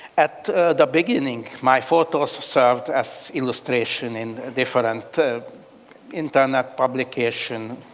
at the beginning, my photos served as illustration in different ah internet publication,